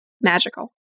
magical